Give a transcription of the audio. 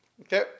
Okay